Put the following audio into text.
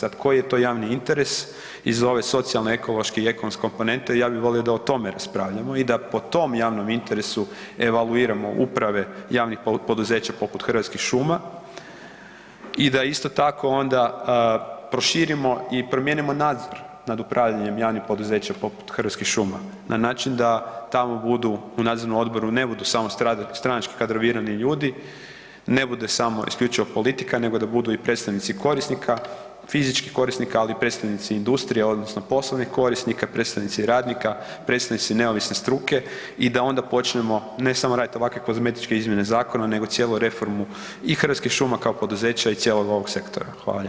Sad koji je to javni interes iza ove socijalne, ekološke i ekonomske komponente, ja bi volio da o tome raspravljamo i da po tom javnom interesu evaluiramo uprave javnih poduzeća poput Hrvatskih šuma i da isto tako onda proširimo i promijenimo nadzor nad upravljanjem javnim poduzećem poput Hrvatskih šuma na način da tamo budu, u nadzornom odboru ne budu samo stranački kadrovirani ljudi, ne bude samo isključivo politika nego da budu i predstavnici korisnika, fizičkih korisnika, ali i predstavnici industrije odnosno poslovnih korisnika, predstavnici radnika, predstavnici neovisne struke i da onda počnemo ne samo radit ovakve kozmetičke izmjene zakona nego cijelu reformu i Hrvatskih šuma kao poduzeća i cijelog ovog sektora.